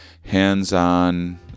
hands-on